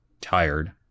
tired